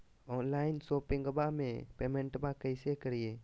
Online शोपिंगबा में पेमेंटबा कैसे करिए?